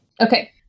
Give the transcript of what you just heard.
Okay